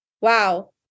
Wow